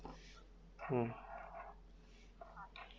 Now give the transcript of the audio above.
um